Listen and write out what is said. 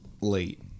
late